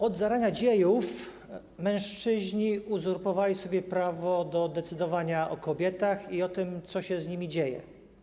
Od zarania dziejów mężczyźni uzurpowali sobie prawo do decydowania o kobietach i o tym, co się z nimi dzieje.